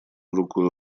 рукою